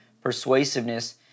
persuasiveness